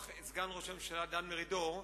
סגן ראש הממשלה דן מרידור,